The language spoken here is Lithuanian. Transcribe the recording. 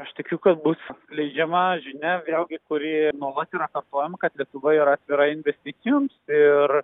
aš tikiu kad bus leidžiama žinia vėlgi kuri nuolat yra kartojama kad lietuva yra atvira investicijoms ir